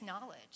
knowledge